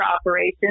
operation